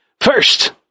First